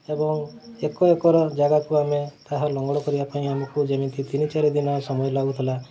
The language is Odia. ଏବଂ ଏକ ଏକର ଜାଗାକୁ ଆମେ ତାହା ଲଙ୍ଗଳ କରିବା ପାଇଁ ଆମକୁ ଯେମିତି ତିନି ଚାରି ଦିନ ସମୟ ଲାଗୁଥିଲା